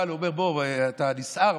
הוא נבהל ואומר: אתה נסער,